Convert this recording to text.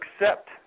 accept